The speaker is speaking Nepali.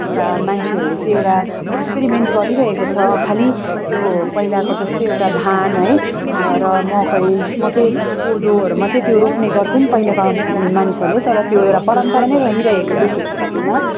एउटा मान्छेहरूले चाहिँ एउटा एक्सपेरिमेन्ट गरिरहेको छ खालि त्यो पहिलाको जस्तै एउटा धान है र मकै मात्रै कोदोहरू मात्रै त्यो रोप्ने गर्थ्यो नि पहिलाको मानिसहरूले तर त्यो एउटा परम्परा नै रहिरहेको थियो खेतीपातीमा